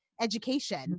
education